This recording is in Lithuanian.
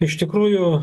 iš tikrųjų